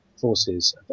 forces